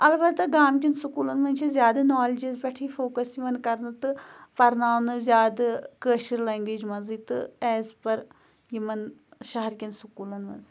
البتہ گامکٮ۪ن سکوٗلَن منٛز چھِ زیادٕ نالجَس پٮ۪ٹھٕے فوکَس یِوان کَرنہٕ تہٕ پَرناونہٕ زیادٕ کٲشِر لنٛگویج منٛزٕے تہٕ ایز پٔر یِمَن شَہرکٮ۪ن سکوٗلَن منٛز